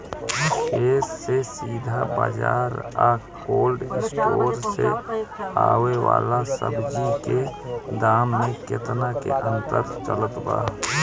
खेत से सीधा बाज़ार आ कोल्ड स्टोर से आवे वाला सब्जी के दाम में केतना के अंतर चलत बा?